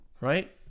right